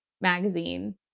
magazine